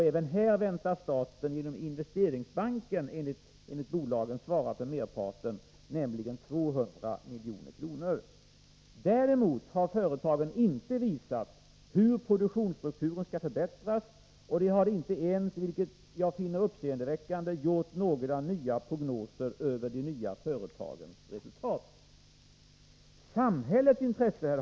Även här väntas staten genom Investeringsbanken svara för merparten, nämligen 200 milj.kr. Däremot har företagen inte visat hur produktionsstrukturen skall förbättras, och de har inte ens gjort några prognoser över de nya företagens resultat, vilket jag finner uppseendeväckande.